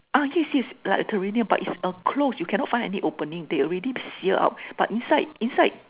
ah yes yes like a terrarium but is a closed you cannot find any opening they already seal up but inside inside